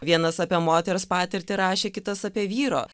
vienas apie moters patirtį rašė kitas apie vyro